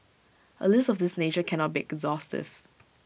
A list of this nature cannot be exhaustive